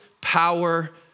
power